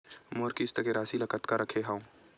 मोर किस्त के राशि ल कतका रखे हाव?